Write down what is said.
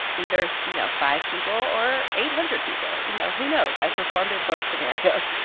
either, you know, five people or eight hundred people. you know, who knows? i've performed in both scenarios.